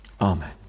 Amen